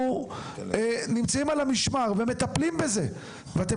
אנחנו נמצאים על המשמר ומטפלים בזה ואתם